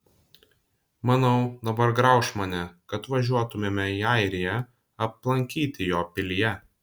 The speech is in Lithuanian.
manau dabar grauš mane kad važiuotumėme į airiją aplankyti jo pilyje